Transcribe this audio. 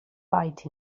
fight